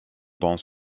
dans